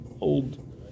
old